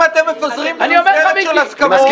זה נכון אם אתם מפזרים --- של הסכמות.